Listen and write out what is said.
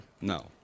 No